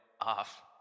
off